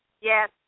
Yes